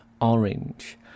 orange